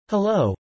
Hello